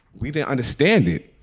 we didn't understand it.